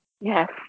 Yes